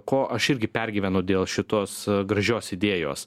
ko aš irgi pergyvenu dėl šitos gražios idėjos